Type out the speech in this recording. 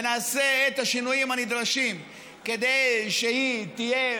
ונעשה את השינויים הנדרשים כדי שהיא תהיה